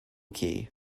key